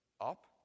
up